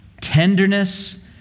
tenderness